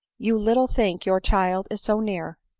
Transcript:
you little think your child is so near!